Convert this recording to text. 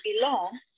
belong